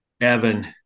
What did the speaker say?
Evan